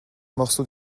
morceau